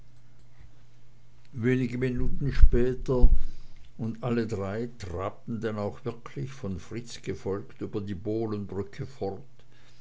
wenige minuten später und alle drei trabten denn auch wirklich von fritz gefolgt über die bohlenbrücke fort